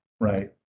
Right